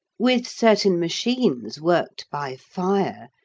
with certain machines worked by fire,